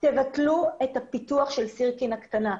תבטלו את הפיתוח של סירקין הקטנה.